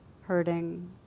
hurting